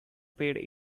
paid